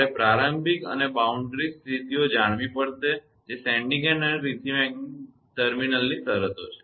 તમારે પ્રારંભિક અને બાઉન્ડ્રી સ્થિતિઓ જાણવી પડશે જે sending end અને receiving end ની ટર્મિનલ શરતો છે